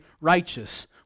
righteous